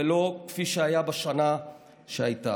ולא כפי שהיה בשנה שהייתה.